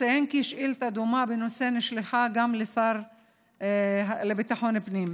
אציין כי שאילתה דומה בנושא נשלחה גם לשר לביטחון פנים.